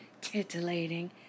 titillating